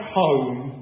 home